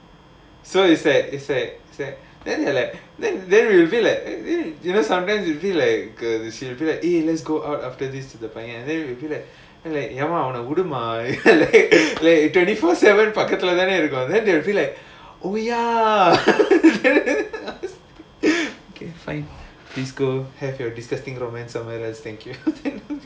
so it's like it's like it's like then they are like then we will feel like you know sometimes you feel like you feel like eh let's go out after this to the pioneer then you will feel that like இந்த பையன்:indha paiyan twenty four seven ஏமா அவனை விடுமா:yaemaa avana vidumaa then they will feel like oh ya okay fine please go have your disgusting romance somewhere else thank you